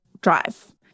drive